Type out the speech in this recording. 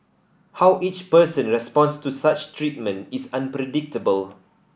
how each person responds to such treatment is unpredictable